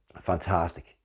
fantastic